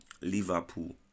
Liverpool